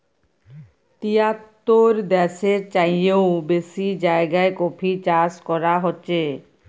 তিয়াত্তর দ্যাশের চাইয়েও বেশি জায়গায় কফি চাষ ক্যরা হছে